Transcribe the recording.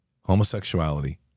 homosexuality